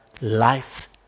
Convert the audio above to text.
life